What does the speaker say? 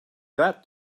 that